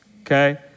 okay